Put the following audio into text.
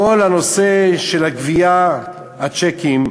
כל הנושא של הגבייה, הצ'קים,